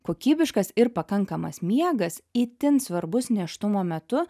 kokybiškas ir pakankamas miegas itin svarbus nėštumo metu